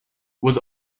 was